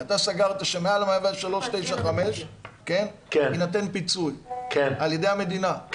סגרת שמעל ל-103.95% יינתן פיצוי על ידי המדינה,